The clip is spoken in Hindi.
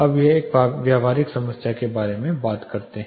अब एक व्यावहारिक समस्या के बारे में बात करते हैं